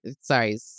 sorry